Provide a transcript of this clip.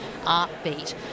Artbeat